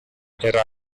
era